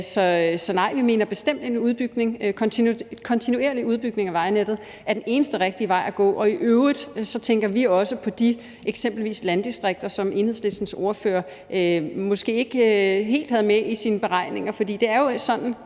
Så nej, vi mener bestemt, at en kontinuerlig udbygning af vejnettet er den eneste rigtige vej at gå. I øvrigt tænker vi også på eksempelvis de landdistrikter, som Enhedslistens ordfører måske ikke helt havde med i sine beregninger. For det er jo sådan,